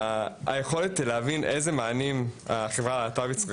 היכולת להבין איזה מענים צריכים בקהילה הלהט״בית,